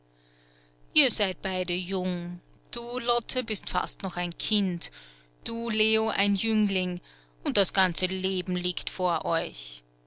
ihr seid beide jung du lotte bist fast noch ein kind du leo ein jüngling und das ganze leben liegt vor euch